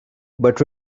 but